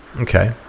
okay